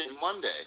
Monday